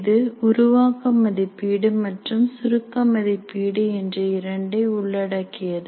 இது உருவாக்க மதிப்பீடு மற்றும் சுருக்க மதிப்பீடு என்ற இரண்டை உள்ளடக்கியது